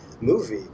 movie